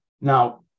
Now